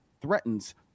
threatens